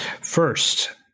First